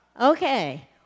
Okay